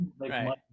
Right